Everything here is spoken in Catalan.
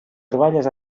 troballes